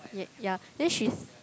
yeah ya then she